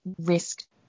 risk